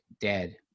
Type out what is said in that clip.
dead